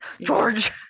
George